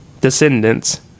descendants